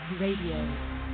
Radio